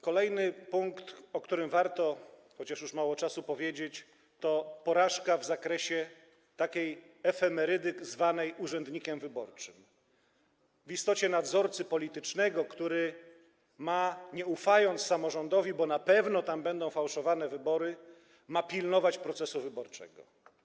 Kolejny punkt, o którym warto powiedzieć - chociaż już mało czasu - to porażka w zakresie efemerydy zwanej urzędnikiem wyborczym, a w istocie nadzorcy politycznego, który ma, nie ufając samorządowi, bo na pewno tam będą fałszowane wybory, pilnować procesu wyborczego.